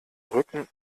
rücken